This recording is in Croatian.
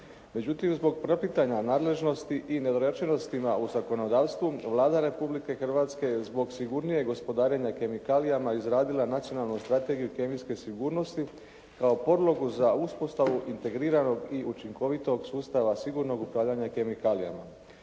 razumije se./ … nadležnosti i nedorečenosti u zakonodavstvu, Vlada Republike Hrvatske je zbog sigurnijeg gospodarenja kemikalijama izradila nacionalnu Strategiju kemijske sigurnosti kao podlogu za uspostavu integriranog i učinkovitog sustava sigurnog upravljanja kemikalijama.